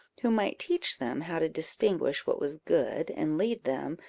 who might teach them how to distinguish what was good, and lead them,